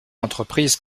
entreprise